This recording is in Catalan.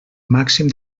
màxim